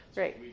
Great